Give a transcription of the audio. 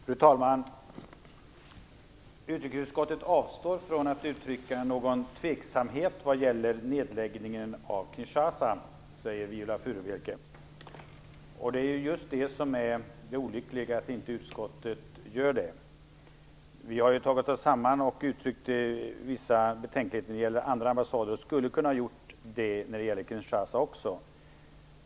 Fru talman! Utrikesutskottet avstår från att uttrycka någon tveksamhet inför nedläggningen av ambassaden i Kinshasa, säger Viola Furubjelke. Det olyckliga är just det förhållandet att utrikesutskottet inte gör det. Vi har tagit oss samman och uttryckt vissa betänkligheter när det gäller andra ambassader och skulle ha kunnat göra det också när det gäller den i Kinshasa.